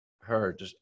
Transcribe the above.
heard